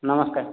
ନମସ୍କାର